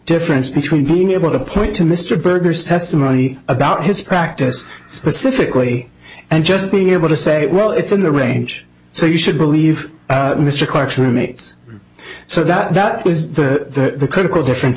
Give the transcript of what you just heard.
difference between being able to point to mr berger's testimony about his practice specifically and just being able to say well it's in the range so you should believe mr clarke's roommates so that was the critical differen